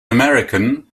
american